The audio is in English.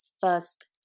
first